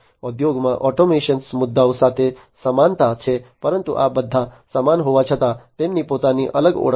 ઉદ્યોગમાં ઓટોમેશન મુદ્દાઓ સાથે સમાનતા છે પરંતુ આ બધા સમાન હોવા છતાં તેમની પોતાની અલગ ઓળખ છે